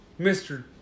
Mr